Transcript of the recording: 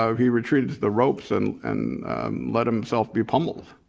ah he retreated to the ropes and and let himself be pummeled.